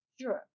Sure